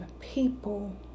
people